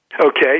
Okay